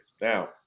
Now